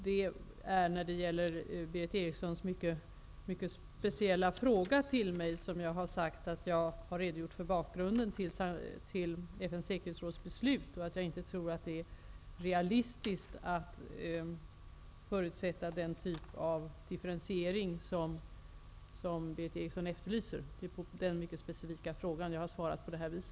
Det är när det gäller Berith Erikssons specifika fråga till mig som jag har redogjort för bakgrunden till FN:s säkerhetsråds beslut. Jag har sagt att jag inte tror att det är realistiskt att förutsätta den typ av differentiering som Berith Eriksson efterlyser. Det är alltså på den specifika frågan som jag har svarat på detta vis.